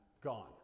gone